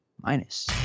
minus